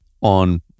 on